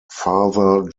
father